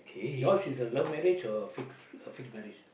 yours is a love marriage or fixed uh fixed marriage